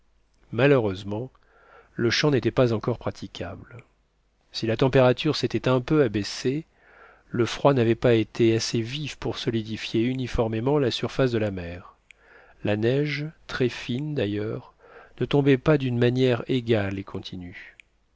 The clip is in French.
malheureusement le champ n'était pas encore praticable si la température s'était un peu abaissée le froid n'avait pas été assez vif pour solidifier uniformément la surface de la mer la neige très fine d'ailleurs ne tombait pas d'une manière égale et continue